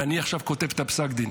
ואני עכשיו כותב את פסק הדין.